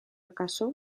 akaso